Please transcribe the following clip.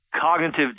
Cognitive